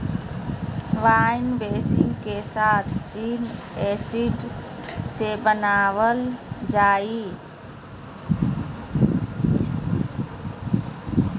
wine बेसींग के साथ चीनी एसिड से बनाबल जा हइ